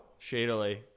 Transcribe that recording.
shadily